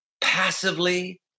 passively